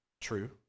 True